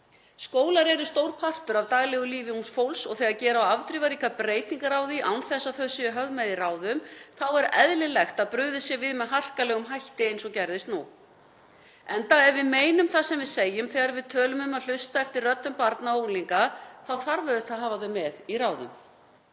Skólar eru stór partur af daglegu lífi ungs fólks og þegar gera á afdrifaríkar breytingar á því án þess að þau séu höfð með í ráðum þá er eðlilegt að brugðist sé við með harkalegum hætti eins og gerðist nú, enda ef við meinum það sem við segjum þegar við tölum um að hlusta eftir röddum barna og unglinga þá þarf auðvitað að hafa þau með í ráðum.